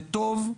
וטוב,